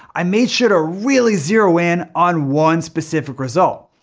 i made sure to really zero in on one specific result.